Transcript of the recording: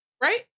right